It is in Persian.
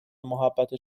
محبت